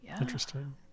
Interesting